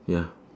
ya